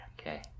Okay